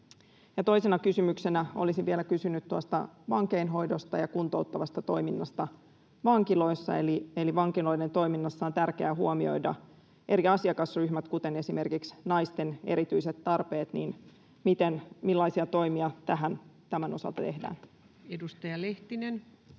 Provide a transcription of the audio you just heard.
toisena kysymyksenä olisin vielä kysynyt tuosta vankeinhoidosta ja kuntouttavasta toiminnasta vankiloissa, eli vankiloiden toiminnassa on tärkeää huomioida eri asiakasryhmät, kuten esimerkiksi naisten erityiset tarpeet: millaisia toimia tämän osalta tehdään? [Speech